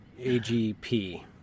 agp